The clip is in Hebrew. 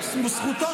זה מספיק לך?